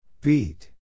Beat